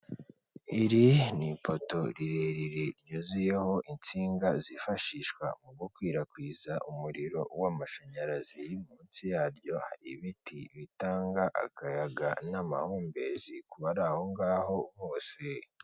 Iri ni ipoto rirerire ryuzuyeho insinga zifashishwa mu gukwirakwiza umuriro w'amashanyarazi, munsi yaryo hari ibiti bitanga akayaga n'amahumbezi ku bari aho ngaho bose.